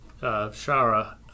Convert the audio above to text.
Shara